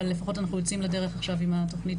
נשים ללא מעמד פלשתינאיות שהיו מגיעות לישראל בין אם במסגרת